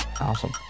Awesome